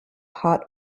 hot